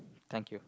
thank you